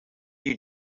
you